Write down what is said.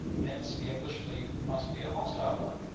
hence the english fleet must be a hostile one.